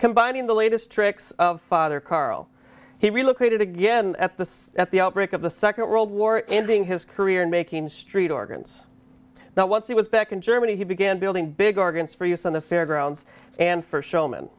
combining the latest tricks of father karl he relocated again at the at the outbreak of the second world war ending his career and making street organs now once he was back in germany he began building big organs for use on the fairgrounds and for showm